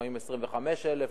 לפעמים 25,000,